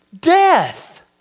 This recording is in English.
Death